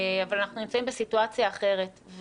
אבל אנחנו נמצאים בסיטואציה אחרת.